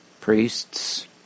priests